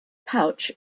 pouch